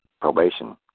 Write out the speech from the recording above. Probation